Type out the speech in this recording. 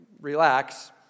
relax